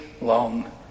long